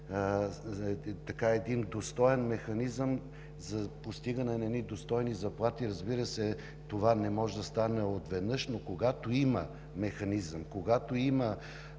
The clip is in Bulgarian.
един механизъм за постигане на достойни заплати. Разбира се, това не може да стане отведнъж. Но когато има механизъм, когато има